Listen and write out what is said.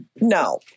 no